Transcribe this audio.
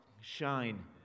shine